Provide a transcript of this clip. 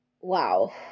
Wow